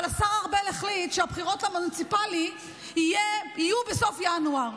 אבל השר ארבל החליט שהבחירות למוניציפלי יהיו בסוף ינואר,